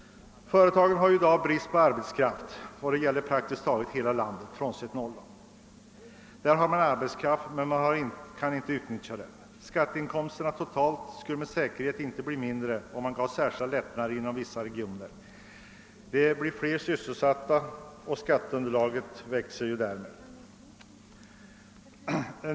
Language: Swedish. Företagen har i dag brist på arbetskraft. Detta gäller praktiskt taget hela landet bortsett från Norrland, där man har arbetskraft som man inte kan utnyttja. Skatteinkomsterna skulle säkerligen inte bli mindre om man gav särskilda lättnader inom vissa regioner. Fler människor skulle då få sysselsättning, och därmed växer skatteunderlaget.